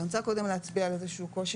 ואני רוצה קודם להצביע על איזשהו קושי